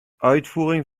uitvoering